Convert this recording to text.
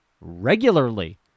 regularly